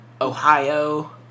Ohio